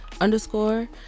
underscore